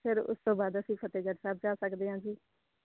ਫਿਰ ਉਸ ਤੋਂ ਬਾਅਦ ਅਸੀਂ ਫਤਿਹਗੜ੍ਹ ਸਾਹਿਬ ਜਾ ਸਕਦੇ ਹਾਂ ਜੀ